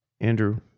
Andrew